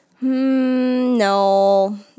no